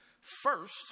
First